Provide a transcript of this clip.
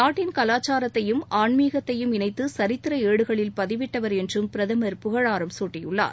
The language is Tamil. நாட்டின் கவாச்சாரத்தையும் ஆன்மீகத்தையும் இணைத்து சரித்தர ஏடுகளில் பதிவிட்டவர் என்றும் பிரதமர் புகழாரம் சூட்டியுள்ளார்